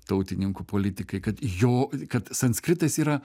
tautininkų politikai kad jo kad sanskritas yra